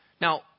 Now